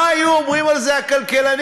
מה היו אומרים על זה הכלכלנים?